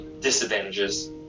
Disadvantages